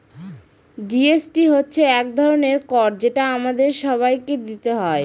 GST হচ্ছে এক ধরনের কর যেটা আমাদের সবাইকে দিতে হয়